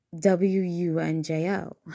W-U-N-J-O